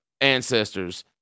ancestors